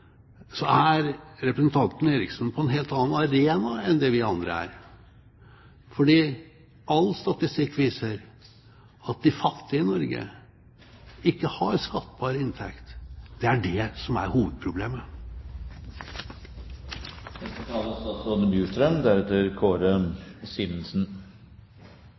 så er representanten Eriksson på en helt annen arena enn det vi andre er, for all statistikk viser at de fattige i Norge ikke har skattbar inntekt. Det er det som er